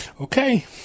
Okay